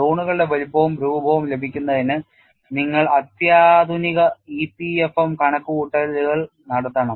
സോണുകളുടെ വലുപ്പവും രൂപവും ലഭിക്കുന്നതിന് നിങ്ങൾ അത്യാധുനിക EPFM കണക്കുകൂട്ടലുകൾ നടത്തണം